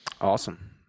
Awesome